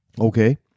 Okay